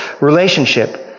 relationship